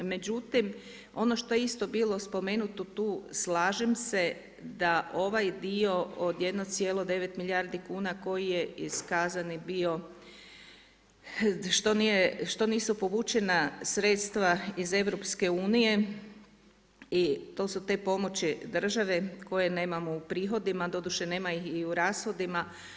Međutim, ono što je isto bilo spomenuto tu slažem se da ovaj dio od 1,9 milijardi kuna koji je iskazani bio što nisu povućena sredstva iz EU i to su te pomoći države koje nemamo u prihodima, doduše nema ih i u rashodima.